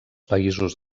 països